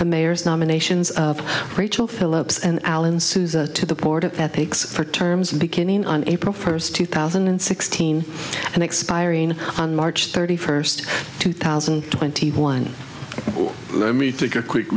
the mayor's nominations of rachel philips and alan souza to the board of ethics for terms beginning on april first two thousand and sixteen and expiring on march thirty first two thousand and twenty one let me take a quick